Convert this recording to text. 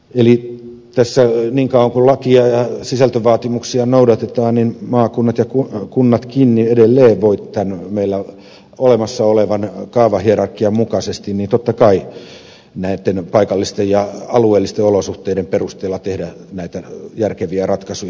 eli niin kauan kuin lakia ja sisältövaatimuksia noudatetaan maakunnat ja kunnatkin edelleen voivat tämän meillä olemassa olevan kaavahierarkian mukaisesti totta kai näitten paikallisten ja alueellisten olosuhteiden perusteella tehdä näitä järkeviä ratkaisuja